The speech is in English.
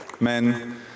Men